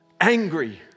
angry